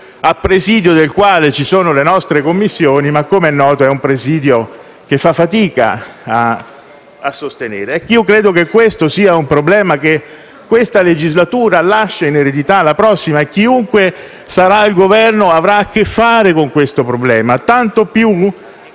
a presidio del quale ci sono le nostre Commissioni, ma - com'è noto - è un presidio che fa fatica a sostenere. Io credo che questo sia un problema che questa legislatura lascia in eredità alla prossima. Chiunque sarà al Governo avrà a che fare con questo problema. Ciò tanto più